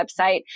website